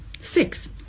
Six